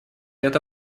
это